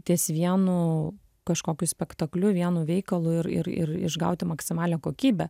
ties vienu kažkokiu spektakliu vienu veikalu ir ir ir išgauti maksimalią kokybę